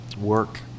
Work